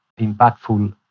impactful